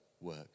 work